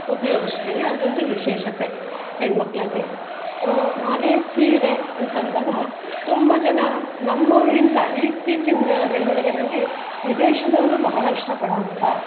ಉಪಯೋಗಿಸ್ತೀವಿ ಅದೊಂದು ವಿಶೇಷತೆ ಹೆಣ್ಣು ಮಕ್ಕಳಲ್ಲಿ ಹಾಗೆ ಸೀರೆ ಅಂತ ಅಂದಾಗ ತುಂಬ ಜನ ನಮ್ಮವ್ರಿಗಿಂತ ಈತ್ತೀಚಿನ ಬೆಳವಣ್ಗೆಯಲ್ಲಿ ವಿದೇಶದವರು ಬಹಳ ಇಷ್ಟಪಡುವಂಥ